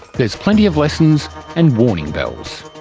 there's plenty of lessons and warning bells.